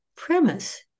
premise